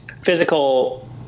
physical